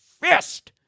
fist